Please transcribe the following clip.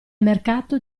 mercato